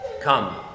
Come